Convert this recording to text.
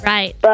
Right